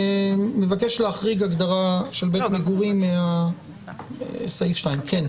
מבקש להחריג הגדרה של בית מגורים מסעיף 2. כן.